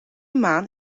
maan